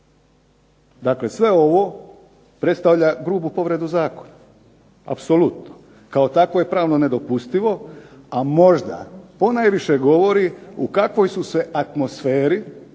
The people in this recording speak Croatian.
Dakle sve ovo predstavlja grubu povredu zakona. Apsolutno. Kao takvo je pravno nedopustivo, a možda ponajviše govori u kakvoj su se atmosferi